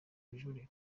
kujurira